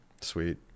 Sweet